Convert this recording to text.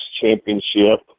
championship